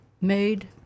made